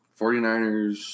49ers